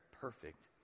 perfect